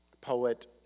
poet